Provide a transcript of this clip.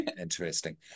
Interesting